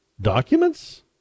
documents